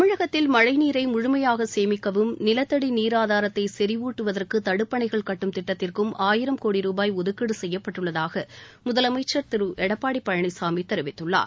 தமிழகத்தில் மழை நீரை முழுமையாக சேமிக்கவும் நிலத்தடி நீர் ஆதாரத்தை செறிவூட்டுவதற்கு தடுப்பணகள் கட்டும் திட்டத்திற்கும் ஆயிரம் கோடி ரூபாய் ஒதுக்கீடு செய்யப்பட்டுள்ளதாக முதலமைச்சர் திரு எடப்பாடி பழனிசாமி தெரிவித்துள்ளார்